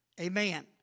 amen